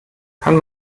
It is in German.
kann